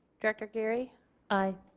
director geary aye.